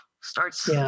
starts